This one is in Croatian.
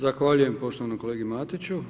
Zahvaljujem poštovanom kolegi Matiću.